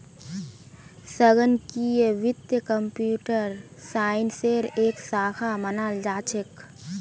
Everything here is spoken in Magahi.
संगणकीय वित्त कम्प्यूटर साइंसेर एक शाखा मानाल जा छेक